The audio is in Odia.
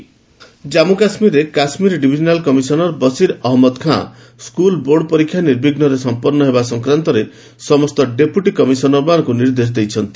ଜେକେ ବୋର୍ଡ ଏକ୍ଜାମ୍ ଜାମ୍ମୁ କାଶ୍ମୀରରେ Kashmir divisional commissioner Basir Ahmad Khan school board ପରୀକ୍ଷା ନିର୍ବିଘୁରେ ସମ୍ପନ୍ନ ହେବା ସଂକ୍ରାନ୍ତରେ ସମସ୍ତ ଡେପୁଟି କମିଶନର୍ମାନଙ୍କୁ ନିର୍ଦ୍ଦେଶ ଦେଇଛନ୍ତି